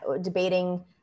debating